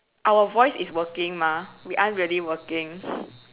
our voice is working mah we aren't really working